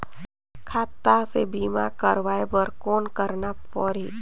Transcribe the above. खाता से बीमा करवाय बर कौन करना परही?